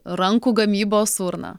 rankų gamybos urną